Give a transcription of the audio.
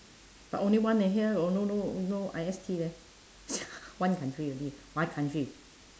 but only one eh here no no no I_S_T leh one country only one country